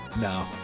No